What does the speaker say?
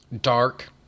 dark